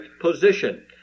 position